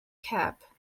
cap